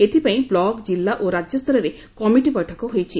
ଏଥିପାଇଁ ବ୍ଲକ ଜିଲ୍ଲା ଓ ରାଜ୍ୟସ୍ତରରେ କମିଟି ବୈଠକ ହୋଇଛି